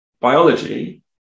biology